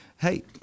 Hey